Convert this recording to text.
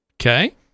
Okay